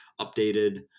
updated